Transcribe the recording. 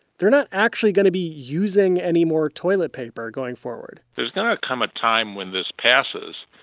they're not actually going to be using anymore toilet paper going forward there's going to come a time when this passes.